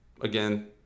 Again